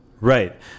Right